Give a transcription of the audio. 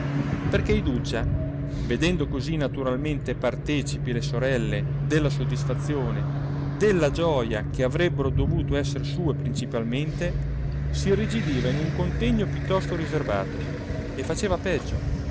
perché iduccia vedendo così naturalmente partecipi le sorelle della soddisfazione della gioja che avrebbero dovuto esser sue principalmente s'irrigidiva in un contegno piuttosto riserbato e faceva peggio